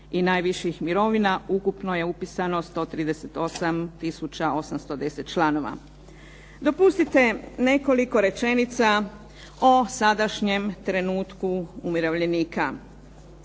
i najviših mirovina ukupno je upisano 138 tisuća 810 članova. Dopustite nekoliko rečenica o sadašnjem trenutku umirovljenika.